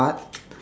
art